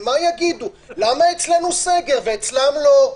למה אצלנו סגר ואצלם לא?